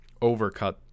overcut